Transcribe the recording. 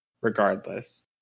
regardless